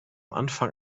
anfang